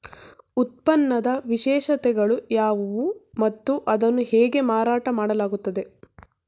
ಉತ್ಪನ್ನದ ವಿಶೇಷತೆಗಳು ಯಾವುವು ಮತ್ತು ಅದನ್ನು ಹೇಗೆ ಮಾರಾಟ ಮಾಡಲಾಗುತ್ತದೆ?